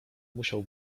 musiał